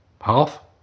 Half